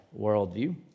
worldview